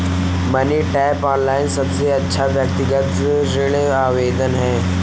money tap, online सबसे अच्छा व्यक्तिगत ऋण आवेदन है